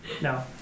no